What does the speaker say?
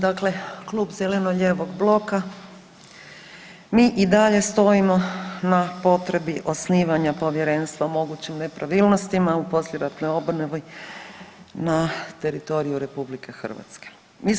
Dakle Klub zeleno-lijevog bloka mi i dalje stojimo na potrebi osnivanja Povjerenstva o mogućim nepravilnostima u poslijeratnoj obnovi na teritoriju Republike Hrvatske.